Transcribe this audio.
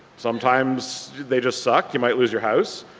sometimes they just suck, you might lose your house.